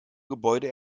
gebäude